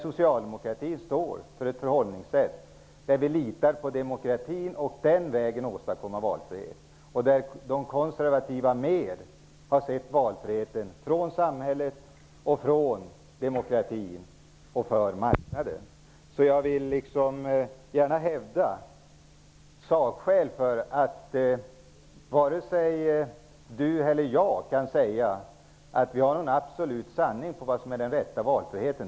Socialdemokratin litar på demokratin och vill demokrativägen åstadkomma valfrihet. De konservativa har mer sett på valfriheten för marknaden, inte samhället och demokratin. Jag vill gärna hävda att varken Bo Könberg eller jag kan säga att vi vet den absoluta sanningen på vad som är den rätta valfriheten.